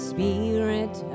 Spirit